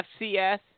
FCS